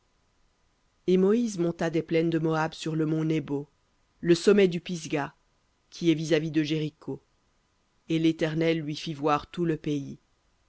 et moïse monta des plaines de moab sur le mont nebo le sommet du pisga qui est vis-à-vis de jéricho et l'éternel lui fit voir tout le pays